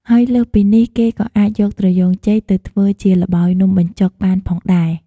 ហើយលើសពីនេះគេក៏អាចយកត្រយូងចេកទៅធ្វើជាល្បោយនំបញ្ចុកបានផងដែរ។